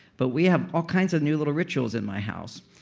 but we have all kinds of new little rituals in my house.